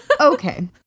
Okay